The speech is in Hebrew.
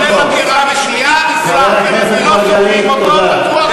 חבר הכנסת מרגלית, תודה.